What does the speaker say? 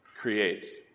creates